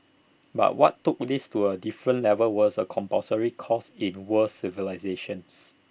but what took this to A different level was A compulsory course in world civilisations